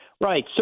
Right